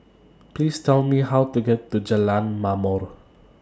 Please Tell Me How to get to Jalan Ma'mor